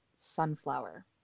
sunflower